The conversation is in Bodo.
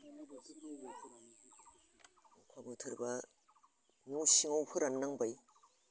अखा बोथोरबा न' सिङाव फोरान नांबाय